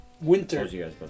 Winter